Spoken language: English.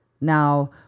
Now